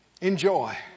Enjoy